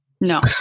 No